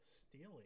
stealing